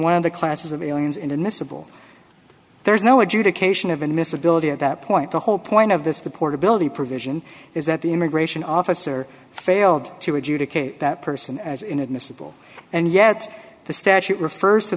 one of the classes of aliens inadmissible there's no adjudication of admissibility at that point the whole point of this the portability provision is that the immigration officer failed to adjudicate that person as inadmissible and yet the statute refers to